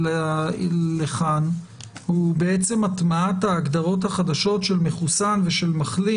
לכאן הוא בעצם הטמעת ההגדרות החדשות של מחוסן ושל מחלים